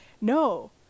No